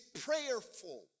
prayerful